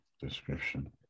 description